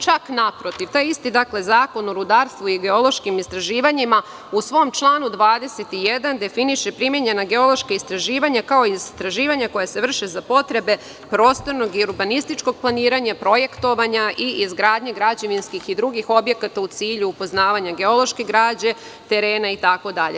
Čak naprotiv, taj isti Zakon o rudarstvu7 i geološkim istraživanjima u svom članu 21. definiše – primenjena geološka istraživanja, kao i istraživanja koja se vrše za potrebe prostornog i urbanističkog planiranja, projektovanja i izgradnje građevinskih i drugih objekata u cilju upoznavanja geološke gradnje, terena itd.